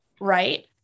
right